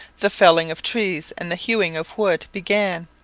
the felling of trees and the hewing of wood began.